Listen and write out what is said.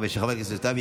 חברת הכנסת מירב בן ארי,